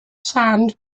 sand